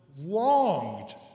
longed